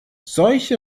solche